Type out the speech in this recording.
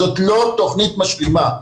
זאת לא תוכנית משלימה.